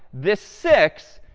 this six,